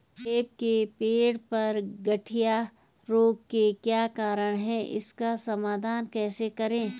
सेब के पेड़ पर गढ़िया रोग के क्या कारण हैं इसका समाधान कैसे करें?